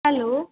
hello